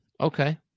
Okay